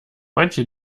manche